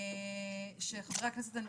שחברי הכנסת,